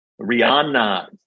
Rihanna